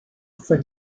for